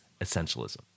essentialism